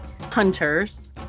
hunters